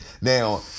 Now